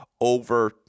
over